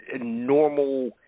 normal